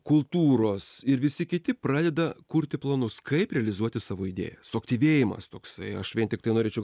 kultūros ir visi kiti pradeda kurti planus kaip realizuoti savo idėją suaktyvėjimas toksai aš vien tiktai norėčiau